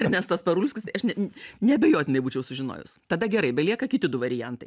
ernestas parulskis tai aš ne neabejotinai būčiau sužinojus tada gerai belieka kiti du variantai